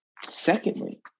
Secondly